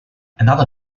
another